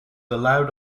allowed